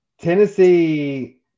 Tennessee